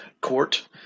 Court